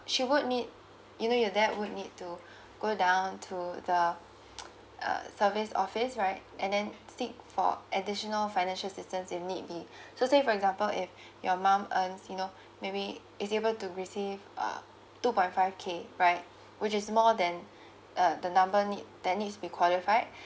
she would need you know your dad would need to go down to the uh service office right and then seek for additional financial assistance if need be so say for example if your mum earns you know maybe is able to receive a two point five K right which is more than uh the number need that needs to be qualified